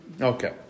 Okay